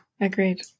Agreed